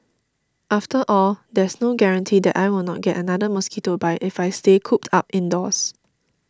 after all there's no guarantee that I will not get another mosquito bite if I stay cooped up indoors